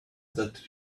that